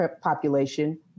population